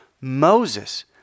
Moses